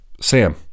Sam